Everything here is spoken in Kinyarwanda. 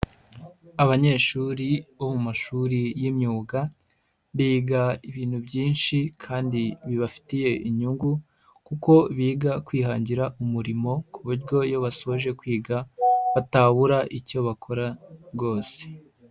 Abanyeshuri bo mu mashuri y'imyuga biga ibintu byinshi kandi bibafitiye inyungu kuko biga kwihangira umurimo, ku buryo iyo basoje kwiga batabura icyo bakora rwose.